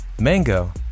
Mango